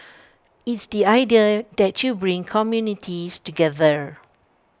it's the idea that you bring communities together